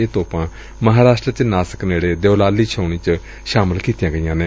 ਇਹ ਤੋਪਾਂ ਮਹਾਂਰਾਸ਼ਟਰ ਚ ਨਾਸਿਕ ਨੇੜੇ ਦਿਓਲਾਲੀ ਛਾਉਣੀ ਚ ਸ਼ਾਮਲ ਕੀਤੀਆਂ ਗਈਆਂ ਨੇ